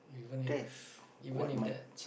that's what my